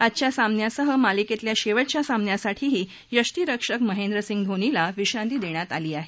आजच्या सामन्यासह मालिकेतल्या शेवटच्या सामन्यासाठीही यष्टीरक्षक महेंद्र सिंग धोनीला विश्रांती देण्यात आली आहे